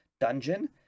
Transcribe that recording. dungeon